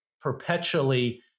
perpetually